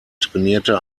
trainierte